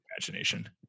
imagination